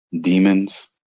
demons